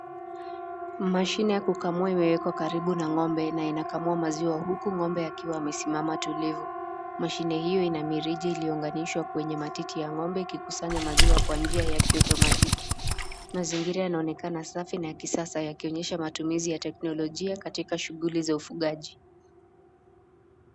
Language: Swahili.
Mashine ya kukamua imewekwa karibu na Ng'ombe na inakamua maziwa huku Ng'ombe akiwa amesimama tulivu. Mashine hiyo ina mirija iliyounganishwa kwenye matiti ya Ng'ombe ikikusanya maziwa kwa njia ya automatiki. Mazingira yanaonekana safi na ya kisasa yakionyesha matumizi ya teknolojia katika shughuli za ufugaji.